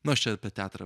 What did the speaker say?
nu aš čia apie teatrą